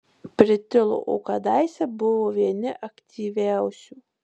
pritilo o kadaise buvo vieni aktyviausių